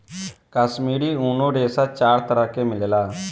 काश्मीरी ऊनी रेशा चार तरह के मिलेला